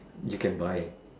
you can buy